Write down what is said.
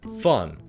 fun